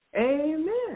Amen